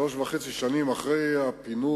שלוש שנים וחצי אחרי הפינוי,